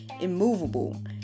immovable